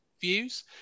views